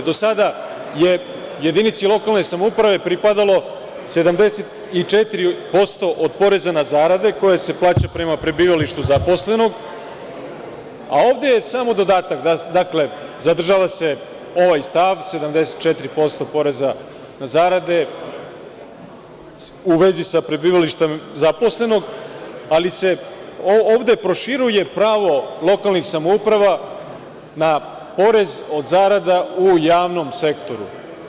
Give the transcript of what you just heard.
Do sada je jedinici lokalne samouprave pripadalo 74% od poreza na zarade, koje se plaća prema prebivalištu zaposlenog, a ovde je samo dodatak, dakle, zadržava se ovaj stav 74% poreza na zarade u vezi sa prebivalištem zaposlenog, ali se ovde proširuje pravo lokalnih samouprava na porez od zarada u javnom sektoru.